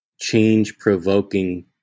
change-provoking